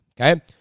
Okay